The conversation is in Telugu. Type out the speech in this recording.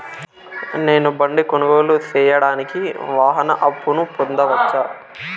నేను బండి కొనుగోలు సేయడానికి వాహన అప్పును పొందవచ్చా?